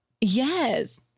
Yes